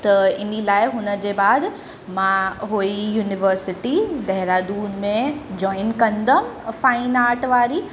त इन्हीअ लाइ हुन जे बाद मां हू ई युनिवर्सिटी देहरादून में जॉइन कंदमि फाइन आर्ट वारी